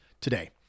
today